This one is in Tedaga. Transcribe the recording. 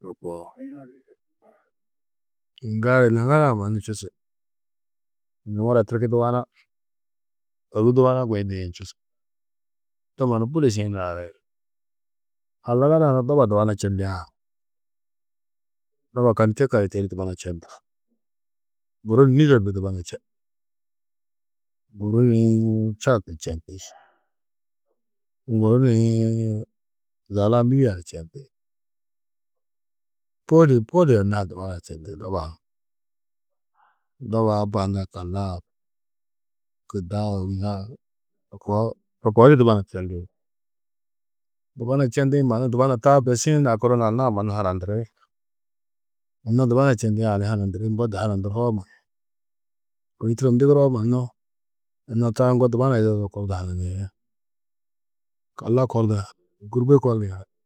to koo. Gali naŋara-ã manu čûsu tirki dubanu ôgu dubanu guyindîn čûsu. To mannu budi šiĩ naari. Halgana ada doba dubana čendiã doba kalite kalite dubana čendi. Guru ni Nîger du dubana čendi guru ni Čad du čendi guru ni zala lîbia du čindi budi budi anna-ã dubana čendi doba-ã. Doba abba hundã kalla-ã kida-ã ôguza-ã to koo, to koo di dubana čendi. Dubana čendi mannu dubana taa bes šiĩ nakuru ni anna-ã mannu harandiri. Anna dubana čendiã ni hanadiri mbo de hanaduroó mannu. Koi turo ndigiroo mannu anna taa ŋgo dubana yida du do kor du hananĩ kalla kor du hananĩ gûrbe kor du ni hananĩ